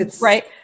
right